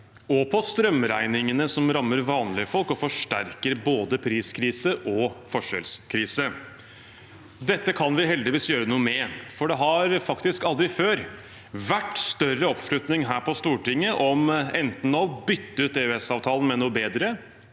og på strømregningene, som rammer vanlige folk, og forsterker både priskrise og forskjellskrise. Dette kan vi heldigvis gjøre noe med, for det har faktisk aldri før vært større oppslutning her på Stortinget om enten å bytte ut EØS-avtalen med noe bedre,